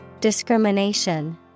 Discrimination